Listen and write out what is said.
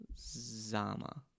Zama